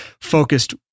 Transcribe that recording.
focused